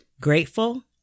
grateful